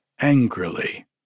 Angrily